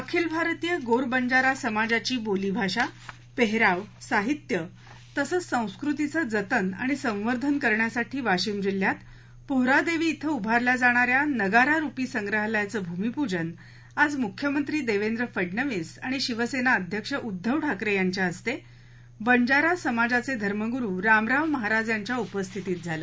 आखिल भारतीय गोर बंजारा समाजाची बोली भाषा पेहराव साहित्य तसंच संस्कृतीचं जतन आणि संवर्धन करण्यासाठी वाशिम जिल्ह्यात पोहरादेवी इथं उभारल्या जाणाऱ्या नगारा रुपी संग्रहालयाचं भूमीपूजन आज मुख्यमंत्री देवेंद्र फडनवीस आणि शिवसेना अध्यक्ष उद्वव ठाकरे यांच्या हस्ते बंजारा समाजाचे धर्मगुरू रामराव महाराज यांच्या उपस्थितीत झालं